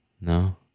No